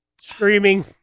screaming